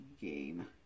game